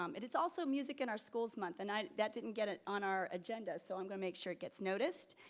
um it is also music in our schools month and i didn't get it on our agenda. so i'm going to make sure it gets noticed.